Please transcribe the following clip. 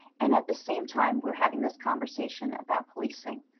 and at the same time we're having this conversation about policing.